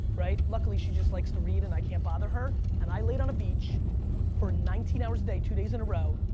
right? luckily she just likes to read and i can't bother her and i laid on a beach for nineteen hours a day, two days in a row,